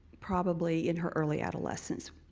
probably in her early adolesence.